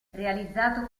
realizzato